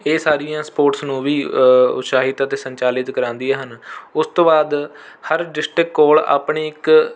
ਇਹ ਸਾਰੀਆਂ ਸਪੋਟਸ ਨੂੰ ਵੀ ਉਤਸ਼ਾਹਿਤ ਅਤੇ ਸੰਚਾਲਿਤ ਕਰਾਉਂਦੀਆਂ ਹਨ ਉਸ ਤੋਂ ਬਾਅਦ ਹਰ ਡਿਸਟਿਕ ਕੋਲ ਆਪਣੀ ਇੱਕ